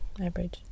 average